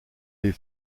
les